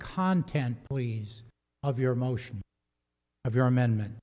content please of your motion of your amendment